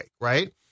right